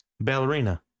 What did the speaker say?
Ballerina